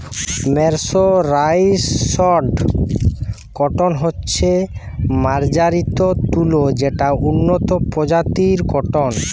mercerised cotton হচ্ছে মার্জারিত তুলো যেটা উন্নত প্রজাতির কট্টন